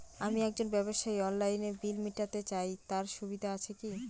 আমি একজন ব্যবসায়ী অনলাইনে বিল মিটাতে চাই তার সুবিধা আছে কি?